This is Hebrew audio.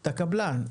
את הקבלן,